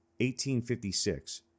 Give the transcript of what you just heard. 1856